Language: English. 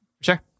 Sure